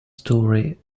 story